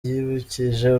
yibukije